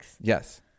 Yes